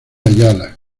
ayala